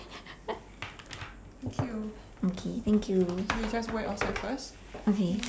okay thank you